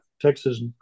Texas